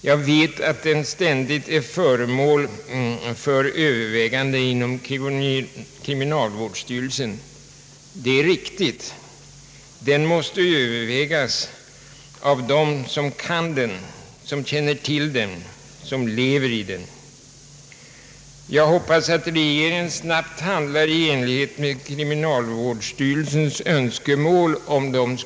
Jag vet att den ständigt är föremål för överväganden inom kriminalvårdsstyrelsen. Det är riktigt: frågan måste övervägas av dem som kan den, känner till den och lever i den. Jag hoppas att regeringen snabbt handlar i enlighet med de önskemål kriminalvårdsstyrelsen kan komma att framställa.